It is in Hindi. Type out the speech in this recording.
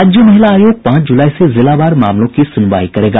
राज्य महिला आयोग पांच जुलाई से जिलावार मामलों की सुनवाई करेगा